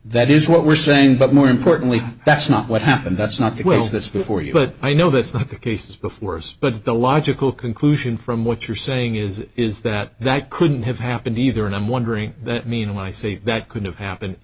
that is what we're saying but more importantly that's not what happened that's not because that's true for you but i know that's not the case before us but the logical conclusion from what you're saying is is that that couldn't have happened either and i'm wondering that mean when i say that could have happened